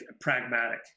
pragmatic